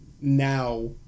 now